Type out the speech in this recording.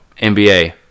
NBA